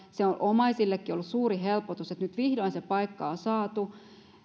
se on omaisillekin ollut suuri helpotus että nyt vihdoin se paikka on saatu